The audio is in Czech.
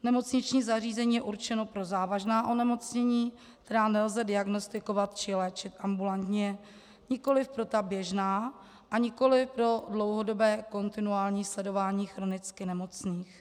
Nemocniční zařízení je určeno pro závažná onemocnění, která nelze diagnostikovat či léčit ambulantně, nikoliv pro běžná a nikoliv pro dlouhodobé kontinuální sledování chronicky nemocných.